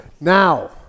now